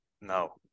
No